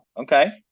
Okay